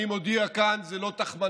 אני מודיע, כאן זה לא תחמניסטן.